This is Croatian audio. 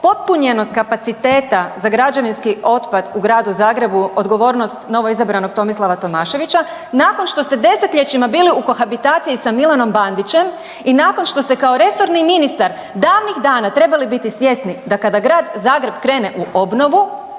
potpunjenost kapaciteta za građevinski otpad u Gradu Zagrebu odgovornost novoizabranog Tomislava Tomaševića nakon što ste desetljećima bili u kohabitaciji sa Milanom Bandićem i nakon što ste kao resorni ministar davnih dana trebali biti svjesni da kada Grad Zagreb krene u obnovu